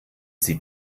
sie